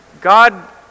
God